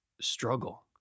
struggle